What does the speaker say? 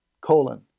colon